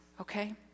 okay